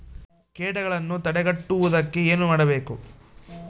ಕೇಟಗಳನ್ನು ತಡೆಗಟ್ಟುವುದಕ್ಕೆ ಏನು ಮಾಡಬೇಕು?